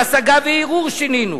השגה וערעור שינינו,